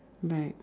right